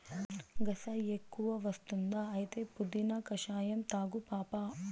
గస ఎక్కువ వస్తుందా అయితే పుదీనా కషాయం తాగు పాపా